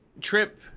Trip